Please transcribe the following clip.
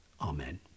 Amen